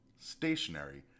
stationary